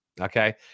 Okay